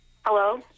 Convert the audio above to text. Hello